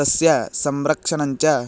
तस्य संरक्षणञ्च